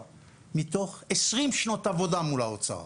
ואת זה אני אומר מתוך 20 שנות עבודה מול האוצר,